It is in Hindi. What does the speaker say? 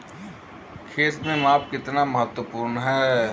खेत में माप कितना महत्वपूर्ण है?